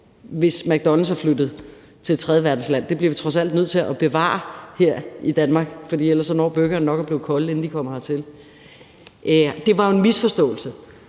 hvis McDonald's er flyttet til et tredjeverdensland, det bliver vi trods alt nødt til at bevare her i Danmark, for ellers når burgerne nok at blive kolde, inden de kommer hertil. Det var jo en misforståelse,